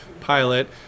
pilot